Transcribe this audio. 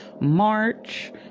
march